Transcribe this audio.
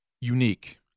unique